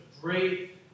great